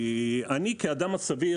כי אני כאדם הסביר,